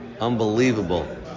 Unbelievable